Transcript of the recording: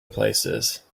places